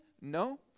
No